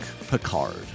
Picard